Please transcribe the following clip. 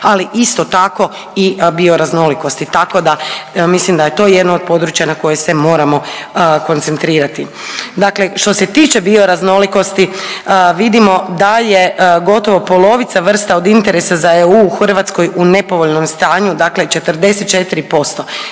ali isto tako i bioraznolikosti. Tako mislim da je to jedno od područja na koje se moramo koncentrirati. Dakle, što se tiče bioraznolikosti vidimo da je gotovo polovica vrsta od interesa za EU u Hrvatskoj u nepovoljnom stanju dakle 44%.